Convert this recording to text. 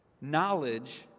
Knowledge